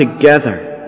together